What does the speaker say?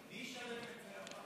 מי ישלם להם?